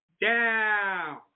down